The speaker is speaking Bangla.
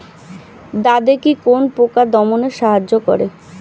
দাদেকি কোন পোকা দমনে সাহায্য করে?